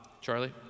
Charlie